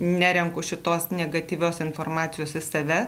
nerenku šitos negatyvios informacijos į save